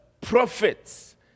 prophets